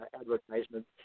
advertisement